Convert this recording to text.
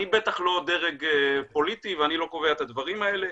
אני בטח לא דרג פוליטי ואני לא קובע את הדברים האלה.